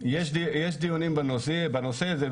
יש דיונים בנושא הזה,